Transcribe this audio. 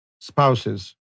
spouses